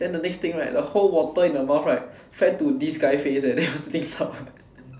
then the next thing right the whole water in the mouth right fly to this guy face leh then was